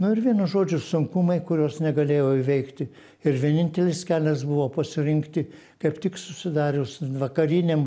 nu ir vienu žodžiu sunkumai kuriuos negalėjau įveikti ir vienintelis kelias buvo pasirinkti kaip tik susidarius vakariniam